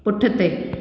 पुठिते